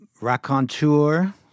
raconteur